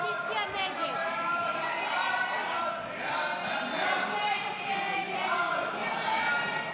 סעיף 70, כהצעת הוועדה,